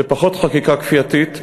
ופחות חקיקה כפייתית,